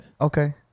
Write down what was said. Okay